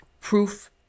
proof